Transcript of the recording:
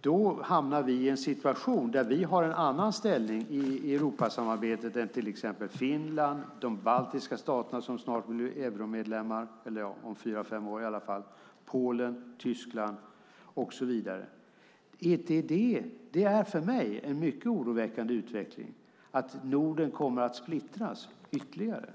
Då hamnar vi i en situation där vi har en annan ställning i Europasamarbetet än Finland, de baltiska staterna - de blir snart euromedlemmar, eller om fyra fem år i alla fall - Polen, Tyskland och så vidare. Det är för mig en mycket oroväckande utveckling att Norden kommer att splittras ytterligare.